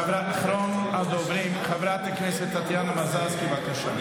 אחרונת הדוברים, חברת הכנסת טטיאנה מזרסקי, בבקשה.